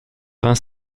vingt